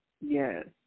Yes